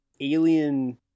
alien